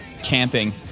camping